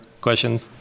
questions